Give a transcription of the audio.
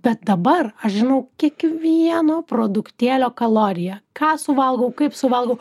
bet dabar aš žinau kiekvieno produktėlio kaloriją ką suvalgau kaip suvalgau